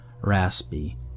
raspy